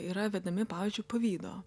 yra vedami pavyzdžiui pavydo